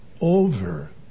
over